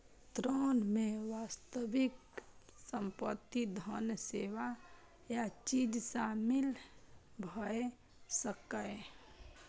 ऋण मे वास्तविक संपत्ति, धन, सेवा या चीज शामिल भए सकैए